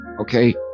okay